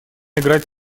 играть